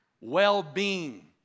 well-being